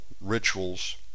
rituals